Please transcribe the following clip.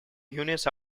units